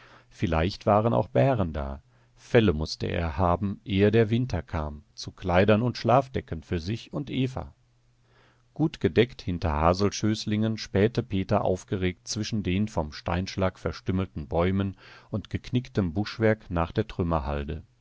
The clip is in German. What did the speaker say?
vielleicht waren auch bären da felle mußte er haben ehe der winter kam zu kleidern und schlafdecken für sich und eva gut gedeckt hinter haselschößlingen spähte peter aufgeregt zwischen den vom steinschlag verstümmelten bäumen und geknicktem buschwerk nach der